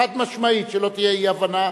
חד-משמעית, שלא תהיה אי-הבנה.